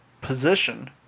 position